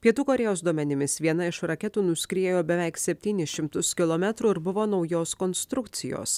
pietų korėjos duomenimis viena iš raketų nuskriejo beveik septynis šimtus kilometrų ir buvo naujos konstrukcijos